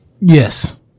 Yes